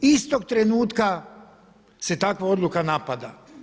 Istog trenutka se takva odluka napada.